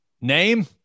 name